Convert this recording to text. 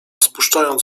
spuszczając